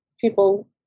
people